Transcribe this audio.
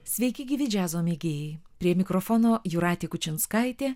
sveiki gyvi džiazo mėgėjai prie mikrofono jūratė kučinskaitė